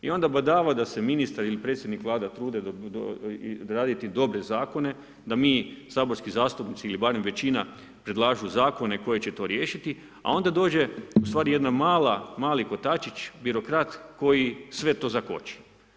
I onda badava da se ministar ili predsjednik Vlade trude odraditi dobre zakone da mi saborski zastupnici ili barem većina predlažu zakone koji će to riješiti a onda dođe ustvari jedan mali kotačić, birokrat koji sve to zakoči.